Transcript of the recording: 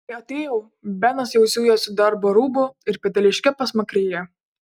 kai atėjau benas jau zujo su darbo rūbu ir peteliške pasmakrėje